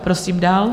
Prosím dál.